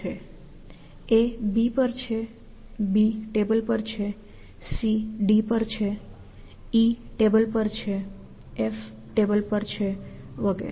A B પર છે B table પર છે C D પર છે E ટેબલ પર છે F ટેબલ પર છે વગેરે